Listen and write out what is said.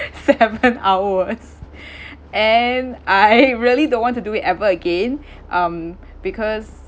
seven hours and I really don't want to do it ever again um because